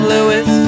Louis